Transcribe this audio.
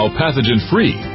pathogen-free